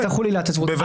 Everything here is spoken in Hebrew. אז תחול עילת הסבירות.